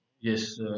yes